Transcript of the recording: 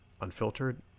Unfiltered